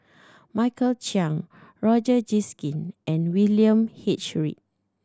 Michael Chiang Roger and William H Read